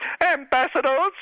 Ambassadors